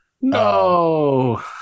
No